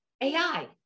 AI